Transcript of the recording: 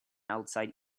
outside